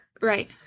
Right